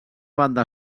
banda